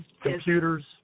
computers